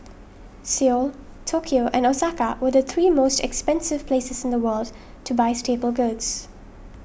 Seoul Tokyo and Osaka were the three most expensive places in the world to buy staple goods